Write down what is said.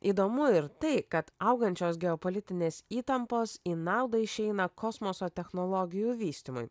įdomu ir tai kad augančios geopolitinės įtampos į naudą išeina kosmoso technologijų vystymui